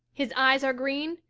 his eyes are green,